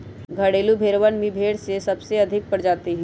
घरेलू भेड़वन भी भेड़ के सबसे अधिक प्रजाति हई